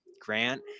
Grant